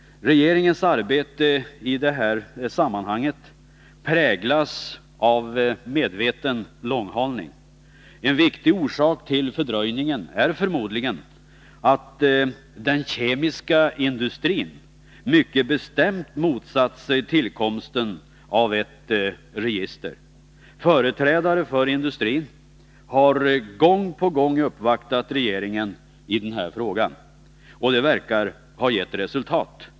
Regeringens arbete i detta sammanhang präglas av medveten långhalning. En viktig orsak till fördröjningen är förmodligen att den kemiska industrin mycket bestämt motsatt sig tillkomsten av ett register. Företrädare för industrin har gång på gång uppvaktat regeringen i denna fråga. Och det verkar ha gett resultat.